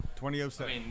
2007